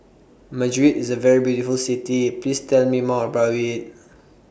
Madrid IS A very beautiful City Please Tell Me More about IT